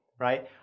right